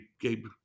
Gabe